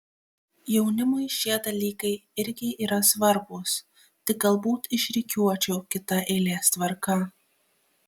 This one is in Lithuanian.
jaunimui šie dalykai irgi yra svarbūs tik galbūt išrikiuočiau kita eilės tvarka